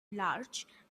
large